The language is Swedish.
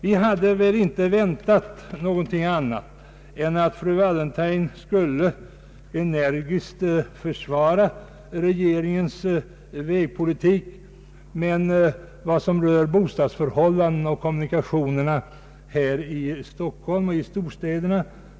Vi hade inte väntat något annat än att fru Wallentheim energiskt skulle försvara regeringens vägpolitik, men jag skall inte ge mig in i någon debatt rörande bostadsförhållandena och kommunikationerna i Stockholm och andra storstäder.